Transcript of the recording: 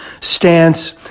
stance